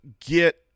get